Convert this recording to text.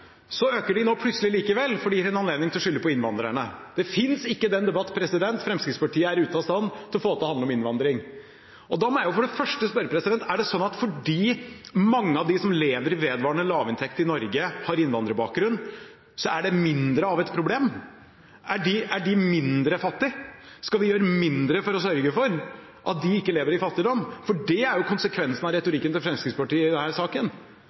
så øker ulikheten nå plutselig allikevel fordi det er en anledning til å skylde på innvandrerne. Det finnes ikke den debatt Fremskrittspartiet er ute av stand til å få til å handle om innvandring. Da må jeg for det første spørre: Fordi mange av dem som lever i vedvarende lavinntekt i Norge har innvandrerbakgrunn, er det mindre av et problem? Er de mindre fattige? Skal vi gjøre mindre for å sørge for at de ikke lever i fattigdom? For det er konsekvensen av retorikken til Fremskrittspartiet i denne saken.